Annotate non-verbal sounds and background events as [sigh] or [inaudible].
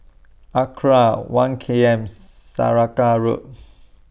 Acra one K M Saraca Road [noise]